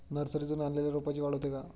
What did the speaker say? नर्सरीतून आणलेल्या रोपाची वाढ होते का?